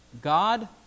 god